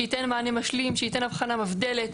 שייתן מענה משלים, שייתן אבחנה מבדלת.